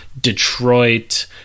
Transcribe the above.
Detroit